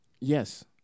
Yes